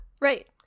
Right